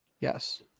Yes